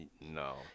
no